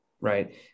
Right